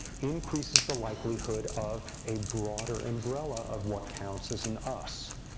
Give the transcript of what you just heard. increases the likelihood of a broader umbrella of what counts as an us.